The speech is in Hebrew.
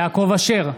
יעקב אשר,